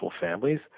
families